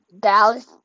Dallas